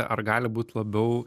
ar gali būti labiau